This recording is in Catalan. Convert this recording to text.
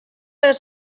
per